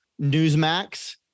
Newsmax